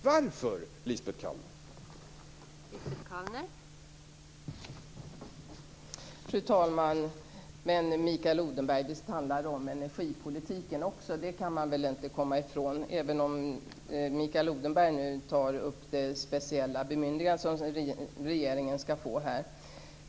Varför, Lisbet Calner?